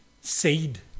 seed